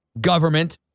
Government